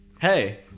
Hey